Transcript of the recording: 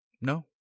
no